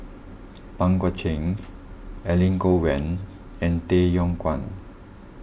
Pang Guek Cheng Elangovan and Tay Yong Kwang